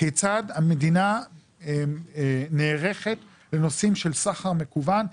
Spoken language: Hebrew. כיצד המדינה נערכת לנושאים של סחר מקוון.